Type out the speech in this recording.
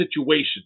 situation